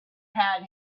had